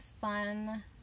fun